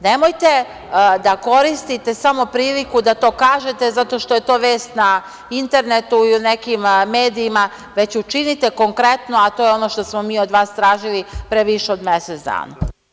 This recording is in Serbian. Nemojte da koristite samo priliku da to kažete zato što je to vest na internetu i nekim medijima, već učinite konkretno, a to je ono što smo mi od vas tražili pre više od mesec dana.